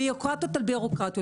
ביורוקרטיות על ביורוקרטיות.